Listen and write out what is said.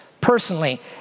personally